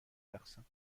رقصم